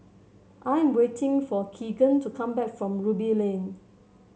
I am waiting for Keagan to come back from Ruby Lane